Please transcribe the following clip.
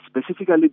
specifically